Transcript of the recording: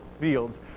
fields